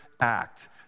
act